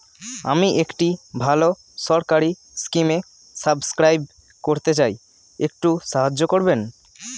আমি একটি ভালো সরকারি স্কিমে সাব্সক্রাইব করতে চাই, একটু সাহায্য করবেন?